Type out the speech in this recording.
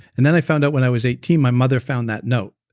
and then i found out when i was eighteen my mother found that note.